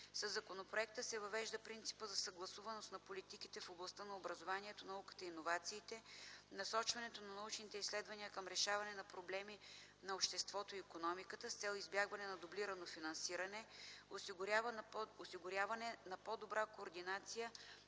Със законопроекта се въвежда принципът за съгласуваност на политиките в областта на образованието, науката и иновациите; насочването на научните изследвания към решаване на проблеми на обществото и икономиката с цел избягване на дублирано финансиране; осигуряване на по-добра координация